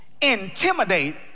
intimidate